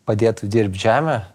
padėtų dirbt žemę